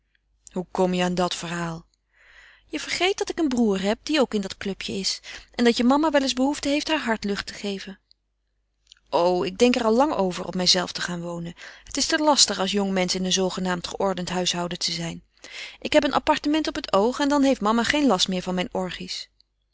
hoe kom je aan dat verhaal je vergeet dat ik een broêr heb die ook in dat clubje is en dat je mama wel eens behoefte heeft haar hart lucht te geven o ik denk er al lang over op mijzelven te gaan wonen het is te lastig als jongmensch in een zoogenaamd geordend huishouden te zijn ik heb een appartement op het oog en dan heeft mama geen last meer van mijn